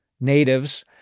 natives